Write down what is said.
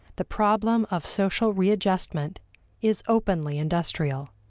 the problem of social readjustment is openly industrial,